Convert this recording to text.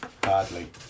badly